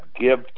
give